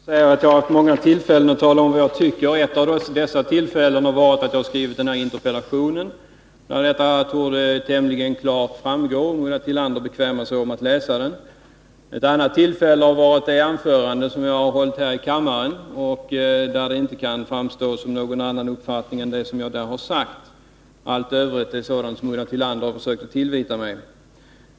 Herr talman! Ulla Tillander sade att jag har haft många tillfällen att tala om vad jag tycker i denna fråga. Ett av dessa tillfällen var när jag skrev denna interpellation. Av interpellationen framgår min uppfattning, om Ulla Tillander bekvämar sig att läsa den. Ett annat tillfälle var det anförande som jag nyss höll här i kammaren. Min uppfattning framgår av vad jag där sade. Allt övrigt är sådant som Ulla Tillander nu försöker tillvita mig.